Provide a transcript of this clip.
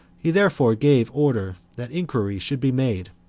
he therefore gave order that inquiry should be made,